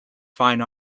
fine